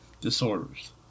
disorders